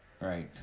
right